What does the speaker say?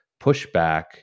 pushback